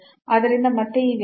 ಆದ್ದರಿಂದ ಮತ್ತೆ ಈ ವ್ಯತ್ಯಾಸ